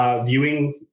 viewing